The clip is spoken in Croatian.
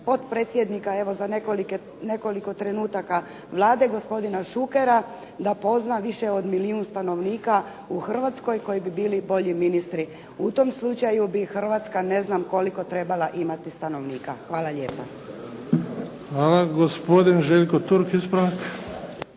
potpredsjednika evo za nekoliko trenutaka Vlade, gospodina Šukera, da pozna više od milijun stanovnika u Hrvatskoj koji bi bili bolji ministri. U tom slučaju bi Hrvatska ne znam koliko trebala imati stanovnika. Hvala lijepa. **Bebić, Luka (HDZ)** Hvala. Gospodin Željko Turk, ispravak.